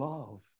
Love